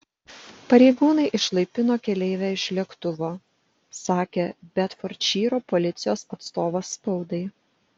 pareigūnai išlaipino keleivę iš lėktuvo sakė bedfordšyro policijos atstovas spaudai